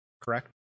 Correct